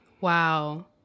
wow